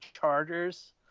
Chargers